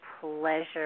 pleasure